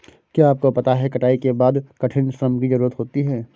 क्या आपको पता है कटाई के बाद कठिन श्रम की ज़रूरत होती है?